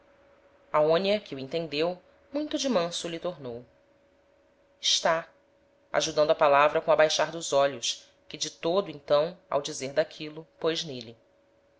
tambem aonia que o entendeu muito de manso lhe tornou está ajudando a palavra com o abaixar dos olhos que de todo então ao dizer d'aquilo pôs n'êle